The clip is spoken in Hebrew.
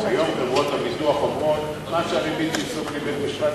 היום חברות הביטוח אומרות: כמה ריבית שיפסוק לי בית-משפט,